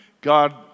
God